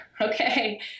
okay